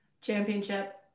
Championship